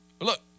Look